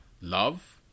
love